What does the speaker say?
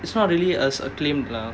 it's not really as acclaimed lah